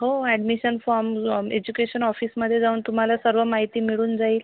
हो admission form जो आम एजुकेशन ऑफिसमध्ये जाऊन तुम्हाला सर्व माहिती मिळून जाईल